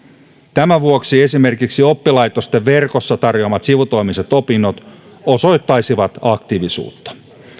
tämän vuoksi esimerkiksi oppilaitosten verkossa tarjoamat sivutoimiset opinnot osoittaisivat aktiivisuutta